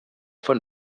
von